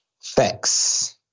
Facts